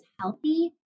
healthy